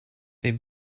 they